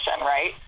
right